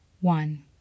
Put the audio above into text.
one